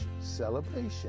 celebration